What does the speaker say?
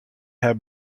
have